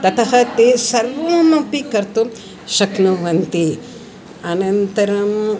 ततः ते सर्वम् अपि कर्तुं शक्नुवन्ति अनन्तरम्